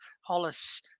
Hollis